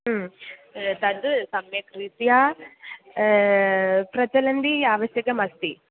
ह्म् तद् सम्यक् रीत्या प्रचलन्ती आवश्यकमस्ति